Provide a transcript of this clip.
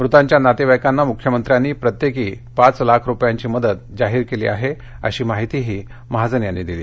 मृतांच्या नातेवाईकांना मुख्यमंत्र्यांनी प्रत्येकी पाच लाख रुपयांची मदत जाहीर केली आहे अशी माहितीही महाजन यांनी दिली